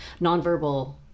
nonverbal